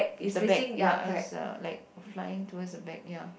the back ya is uh like flying towards the back ya